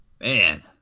Man